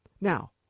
Now